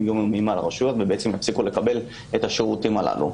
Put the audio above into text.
מהרשויות ויפסיקו לקבל את השירותים הללו.